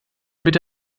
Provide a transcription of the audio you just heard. bitte